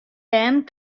bern